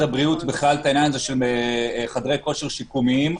הבריאות בכלל את העניין הזה של חדרי כושר שיקומיים,